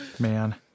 man